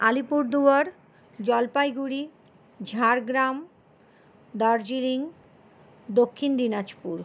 Alipurduar Jalpaiguri Jhargram Darjeeling Dakshin Dinajpur